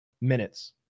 minutes